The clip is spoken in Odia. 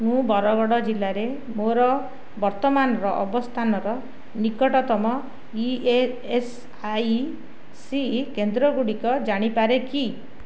ମୁଁ ବରଗଡ଼ ଜିଲ୍ଲାରେ ମୋର ବର୍ତ୍ତମାନର ଅବସ୍ଥାନର ନିକଟତମ ଇ ଏସ୍ ଆଇ ସି କେନ୍ଦ୍ର ଗୁଡ଼ିକ ଜାଣିପାରେ କି